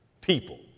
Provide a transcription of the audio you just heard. people